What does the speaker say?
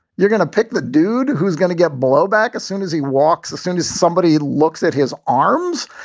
you're gonna pick the dude who's gonna get blowback as soon as he walks, as soon as somebody looks at his arms.